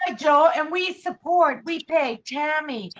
ah joe, and we support we pay jeremy.